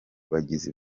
bagizi